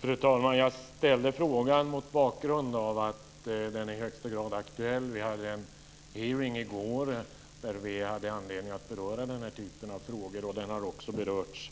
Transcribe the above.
Fru talman! Jag ställde frågan mot bakgrund av att den i högsta grad är aktuell. Vi hade en hearing i går då vi hade anledning att beröra den här typen av frågor. Detta har också berörts